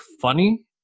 funny